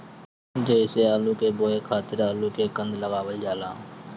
जइसे आलू के बोए खातिर आलू के कंद लगावल जाला